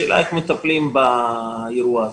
השאלה היא איך מטפלים באירוע הזה.